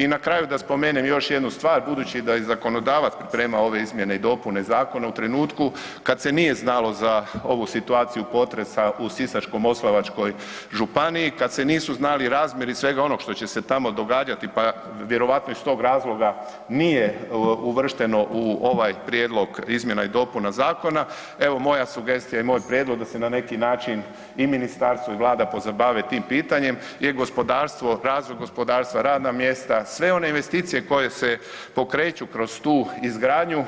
I na kraju da spomenem još jednu stvar, budući da je zakonodavac pripremao ove izmjene i dopune zakona u trenutku kad se nije znalo za ovu situaciju potresa u Sisačko-moslavačkoj županiji, kad se nisu znali razmjeri svega onoga što će se tamo događati pa vjerojatno iz tog razloga nije uvršteno u ovaj prijedlog izmjena i dopuna zakona, evo moja sugestija i moj prijedlog da se na neki način i ministarstvo i Vlada pozabave tim pitanjem jer gospodarstvo, razvoj gospodarstva, radna mjesta, sve one investicije koje se pokreću kroz tu izgradnju